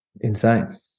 insane